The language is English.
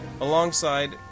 alongside